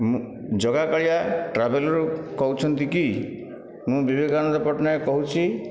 ମୁଁ ଜଗାକାଳିଆ ଟ୍ରାଭେଲର୍ସ ରୁ କହୁଛନ୍ତି କି ମୁଁ ବିବେକାନନ୍ଦ ପଟ୍ଟନାୟକ କହୁଛି